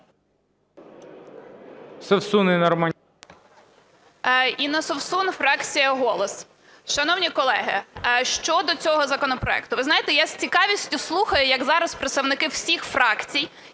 Інна Совсун, фракція "Голос". Шановні колеги, щодо цього законопроекту. Ви знаєте, я з цікавістю слухаю, як зараз представники всіх фракцій,